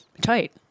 tight